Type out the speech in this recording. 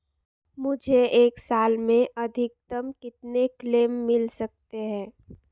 मुझे एक साल में अधिकतम कितने क्लेम मिल सकते हैं?